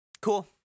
Cool